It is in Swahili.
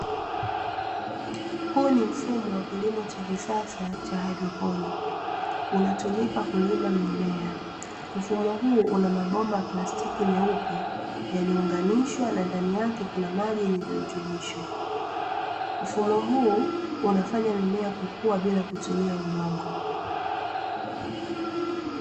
Huu ni mfumo wa kilimo cha kisasa cha haidroponiki, unatumika kulima mimea. Mfumo huu una mabomba ya plastiki meupe yaliyounganishwa na ndani yake kuna maji yenye virutubisho. Mfumo huu unafanya mimea kukua bila kutumia udongo.